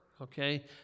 okay